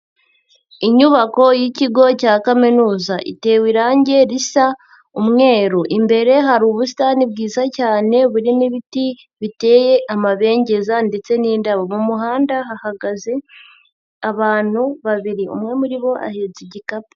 Inyubako y'ikigo cya kaminuza, itewe irangi risa umweru, imbere hari ubusitani bwiza cyane burimo ibiti biteye amabengeza ndetse n'indabo, mu muhanda hahagaze abantu babiri umwe muri bo ahetse igikapu.